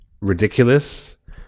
ridiculous